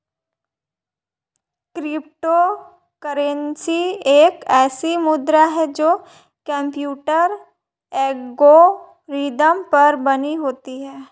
crypto currency एक ऐसी मुद्रा है जो कंप्यूटर एल्गोरिदम पर बनी होती है